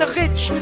rich